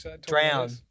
drown